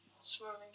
swimming